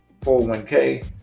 401k